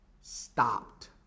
stopped